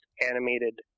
animated